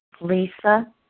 Lisa